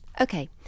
Okay